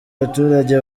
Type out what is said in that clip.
abaturage